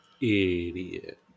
Idiot